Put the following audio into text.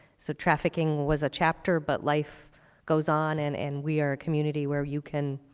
so trafficking was a chapter but life goes on and and we are a community where you can